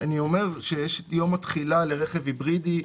יש יום התחילה לרכב היברידי,